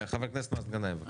חבר הכנסת מאזן גנאים בבקשה.